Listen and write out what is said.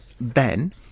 Ben